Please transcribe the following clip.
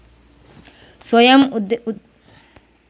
ಸ್ವಯಂ ಉದ್ಯೋಗಕ್ಕಾಗಿ ಸಾಲ ಕೊಡುವುದಾದರೆ ಕೊಟೇಶನ್ ನಿಮಗೆ ನಾವು ಕೊಡಬೇಕಾ ತಿಳಿಸಿ?